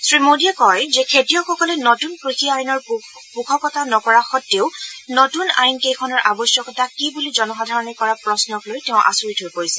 শ্ৰীমোদীয়ে কয় যে খেতিয়কসকলে নতুন কৃষি আইনৰ পোষকতা নকৰা সত্তেও নতুন আইন কেইখনৰ আৱশ্যকতা কি বুলি জনসাধাৰণে কৰা প্ৰশ্নক লৈ তেওঁ আচৰিত হৈ পৰিছে